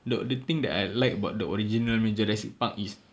the the thing that I like about the original punya jurassic park is